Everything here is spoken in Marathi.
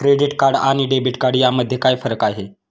क्रेडिट कार्ड आणि डेबिट कार्ड यामध्ये काय फरक आहे?